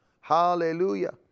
Hallelujah